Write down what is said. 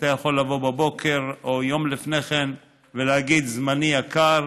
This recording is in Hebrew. אתה יכול לבוא בבוקר או יום לפני כן ולהגיד: זמני יקר,